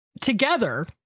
together